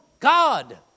God